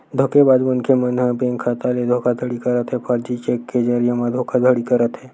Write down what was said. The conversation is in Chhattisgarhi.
धोखेबाज मनखे मन ह बेंक खाता ले धोखाघड़ी करत हे, फरजी चेक के जरिए म धोखाघड़ी करत हे